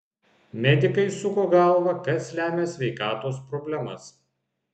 medikai suko galvą kas lemia sveikatos problemas